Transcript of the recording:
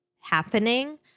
happening